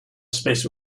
space